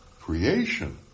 creation